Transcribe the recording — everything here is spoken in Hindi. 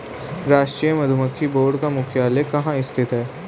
राष्ट्रीय मधुमक्खी बोर्ड का मुख्यालय कहाँ स्थित है?